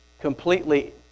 completely